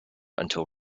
until